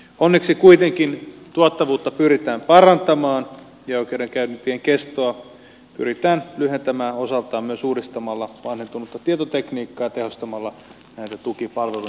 onneksi kuitenkin tuottavuutta pyritään parantamaan ja oikeudenkäyntien kestoa pyritään lyhentämään osaltaan myös uudistamalla vanhentunutta tietotekniikkaa ja tehostamalla näitä tukipalveluja niin kuin täällä jo mainittiin